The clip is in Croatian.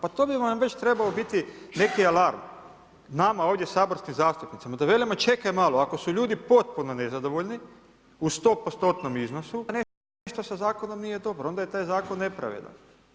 Pa to bi vam već trebao biti neki alarm nama ovdje saborskim zastupnicima, da velimo čekaj malo, ako su ljudi potpuno nezadovoljni, u 100%-tnom iznosu, onda nešto sa zakonom nije dobro, onda je taj zakon nepravedan.